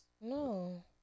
No